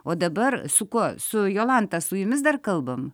o dabar su kuo su jolanta su jumis dar kalbam